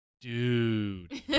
dude